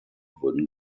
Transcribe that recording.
wurden